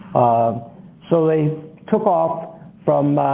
so they took off from